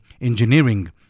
engineering